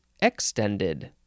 extended